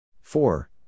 Four